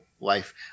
life